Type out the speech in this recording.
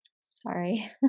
Sorry